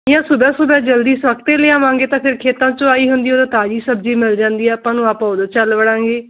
ਜਾਂ ਸੁਬਹਾ ਸੁਬਹਾ ਜਲਦੀ ਸਸਤੀ ਲਿਆਵਾਂਗੇ ਤਾਂ ਫਿਰ ਖੇਤਾਂ 'ਚੋਂ ਆਈ ਹੁੰਦੀ ਉਦੋਂ ਤਾਜ਼ੀ ਸਬਜ਼ੀ ਮਿਲ ਜਾਂਦੀ ਆ ਆਪਾਂ ਨੂੰ ਆਪਾਂ ਉਦੋਂ ਚੱਲ ਵੜਾਂਗੇ